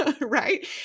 right